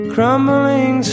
Crumbling